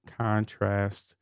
contrast